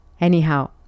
Anyhow